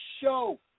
show